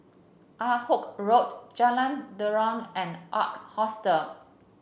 Ah Hood Road Jalan Derum and Ark Hostel